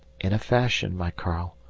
in a fashion, my karl,